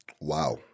Wow